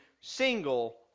single